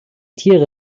tiere